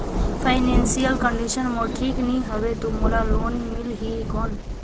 Financial condition मोर ठीक नी हवे तो मोला लोन मिल ही कौन??